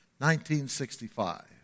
1965